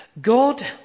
God